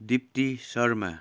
Dipti Sharma